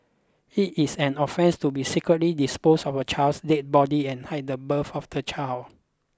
it is an offence to be secretly dispose of a child's dead body and hide the birth of the child